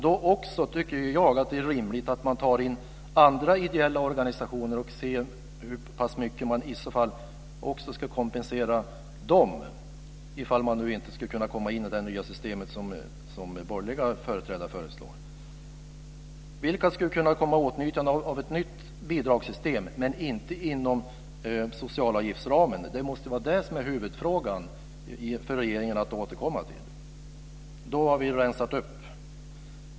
Då tycker jag att det är rimligt att också ta in andra ideella organisationer för att se hur mycket de i så fall ska kompenseras - ifall det inte skulle gå med det nya system som borgerliga företrädare föreslår. Vilka som skulle kunna komma i åtnjutande av ett nytt bidragssystem, dock inte inom socialavgiftsramen, måste väl vara huvudfrågan för regeringen att återkomma till. Då har vi ju rensat upp.